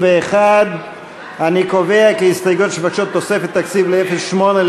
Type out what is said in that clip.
ההסתייגויות לסעיף 08,